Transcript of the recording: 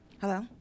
Hello